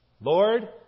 Lord